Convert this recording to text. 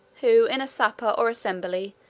who in a supper, or assembly,